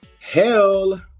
Hell